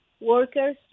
workers